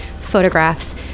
photographs